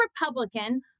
Republican